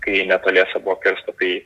kai netoliese buvo kirsta tai